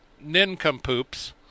nincompoops